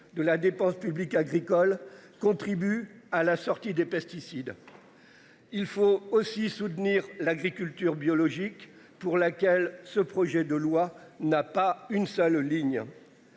de la dépense publique agricole contribue à la sortie des pesticides. Il faut aussi soutenir l'agriculture biologique pour laquelle ce projet de loi n'a pas une seule ligne.